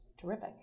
terrific